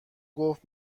گفت